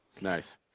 Nice